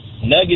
Nuggets